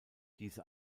diese